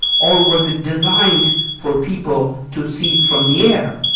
or was it designed for people to see it from the air,